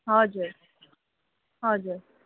हजुर हजुर